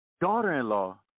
daughter-in-law